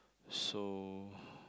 so